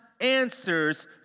answers